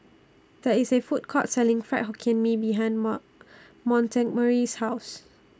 There IS A Food Court Selling Fried Hokkien Mee behind Mark Montgomery's House